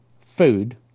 food